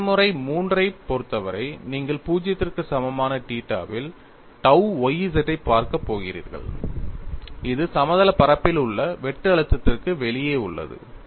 பயன்முறை III ஐப் பொறுத்தவரை நீங்கள் 0 க்கு சமமான θ வில் tau yz ஐப் பார்க்கப் போகிறீர்கள் இது சமதளப் பரப்பில் உள்ள வெட்டு அழுத்தத்திற்கு வெளியே உள்ளது